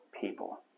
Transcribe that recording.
people